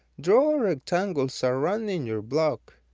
draw rectangles surrounding your block